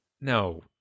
No